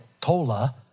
Tola